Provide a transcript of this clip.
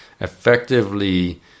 effectively